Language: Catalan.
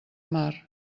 mar